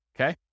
okay